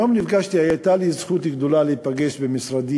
היום הייתה לי זכות גדולה להיפגש במשרדי